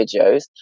videos